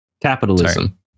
capitalism